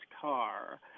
car